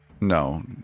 No